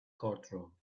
courtroom